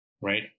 right